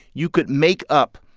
you could make up,